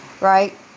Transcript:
right